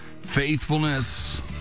faithfulness